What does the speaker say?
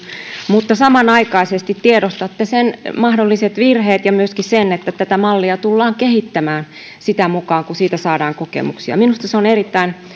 mutta samanaikaisesti tiedostatte sen mahdolliset virheet ja myöskin sen että tätä mallia tullaan kehittämään sitä mukaa kuin siitä saadaan kokemuksia minusta se on erittäin